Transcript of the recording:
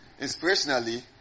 inspirationally